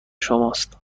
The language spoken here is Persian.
شماست